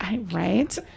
right